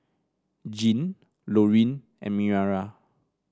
Jeanne Lorene and Mariah